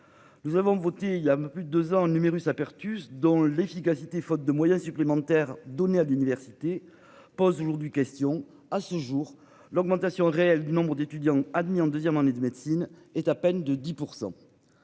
Nous avons voté il y a un plus de 2 ans numerus apertus dont l'efficacité, faute de moyens supplémentaires donnés à l'université pose aujourd'hui question à ce jour l'augmentation réelle du nombre d'étudiants admis en 2ème année de médecine est à peine de 10%.